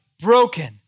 broken